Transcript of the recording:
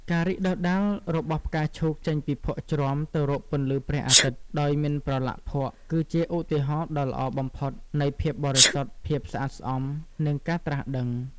ការរីកដុះដាលរបស់ផ្កាឈូកចេញពីភក់ជ្រាំទៅរកពន្លឺព្រះអាទិត្យ ដោយមិនប្រឡាក់ភក់ គឺជាឧទាហរណ៍ដ៏ល្អបំផុតនៃ ភាពបរិសុទ្ធ ភាពស្អាតស្អំ និងការត្រាស់ដឹង។